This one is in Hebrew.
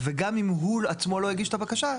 וגם אם הוא עצמו לא הגיש את הבקשה,